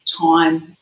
time